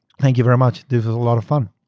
thank you very much. this is a lot of fun.